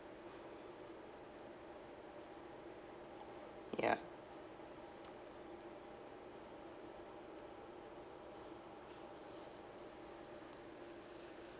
ya